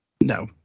no